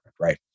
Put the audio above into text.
Right